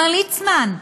מר ליצמן,